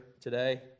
today